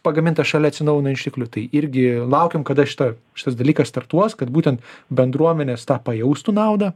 pagamintas šalia atsinaujina išteklių tai irgi laukiam kada šita šitas dalykas startuos kad būtent bendruomenės tą pajaustų naudą